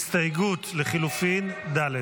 הסתייגות לחלופין ד'.